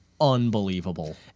unbelievable